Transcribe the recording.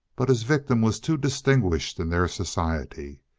but his victim was too distinguished in their society.